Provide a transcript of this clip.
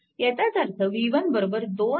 याचाच अर्थ v1 2 i1